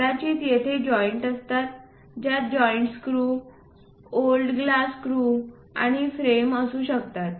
कदाचित तेथे जॉईंट असतात ज्यात joint screw old glass screw आणि फ्रेम असू शकतात